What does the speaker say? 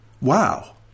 wow